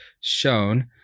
shown